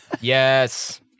Yes